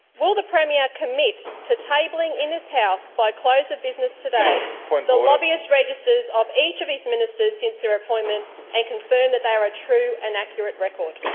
will the premier commit to tabling in this house by close of business today the lobbyist registers of each of his ministers since their appointment and confirm that they are ah true and accurate record?